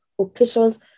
occasions